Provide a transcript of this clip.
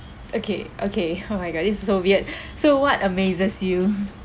okay okay oh my god this is so weird so what amazes you